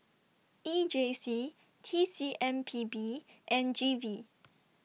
E J C T C M P B and G V